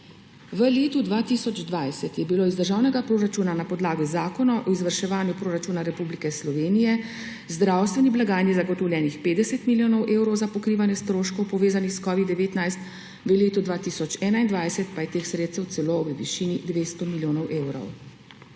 V letu 2020 je bilo iz državnega proračuna na podlagi zakona o izvrševanju proračuna Republike Slovenije zdravstveni blagajni zagotovljenih 50 milijonov evrov za pokrivanje stroškov, povezanih s covidom-19, v letu 2021 pa je teh sredstev celo v višini 200 milijonov evrov.